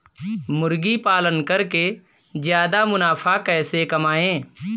मुर्गी पालन करके ज्यादा मुनाफा कैसे कमाएँ?